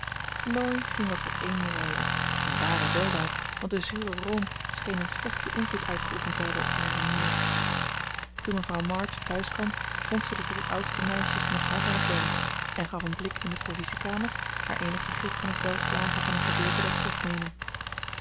ging wat met amy rijden een ware weldaad want de zure room scheen een slechten invloed uitgeoefend te hebben op haar humeur toen mevrouw march thuis kwam vond ze de drie oudste meisjes nog hard aan het werk en gaf een blik in de provisiekamer haar eenig begrip van het welslagen van een gedeelte der